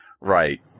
Right